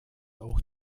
auch